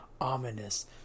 ominous